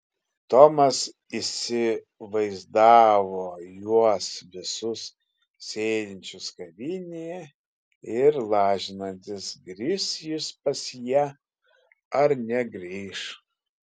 tomas įsivaizdavo juos visus sėdinčius kavinėje ir lažinantis grįš jis pas ją ar negrįš